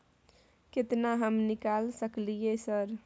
केतना हम निकाल सकलियै सर?